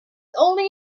only